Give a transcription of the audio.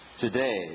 Today